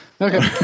Okay